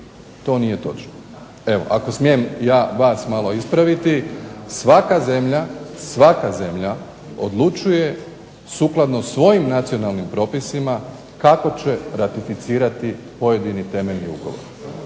to nije točno. Evo ako smijem ja vas malo ispraviti. Svaka zemlja, svaka zemlja odlučuje sukladno svojim nacionalnim propisima kako će ratificirati pojedini temeljni ugovor,